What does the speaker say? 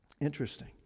Interesting